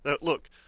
look